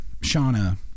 Shauna